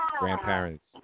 Grandparents